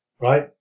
right